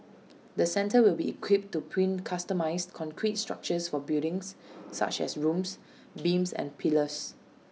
the centre will be equipped to print customised concrete structures for buildings such as rooms beams and pillars